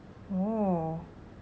that's a cool job I would say